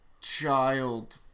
Child